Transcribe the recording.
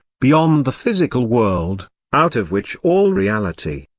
beyond the physical world, out of which all reality,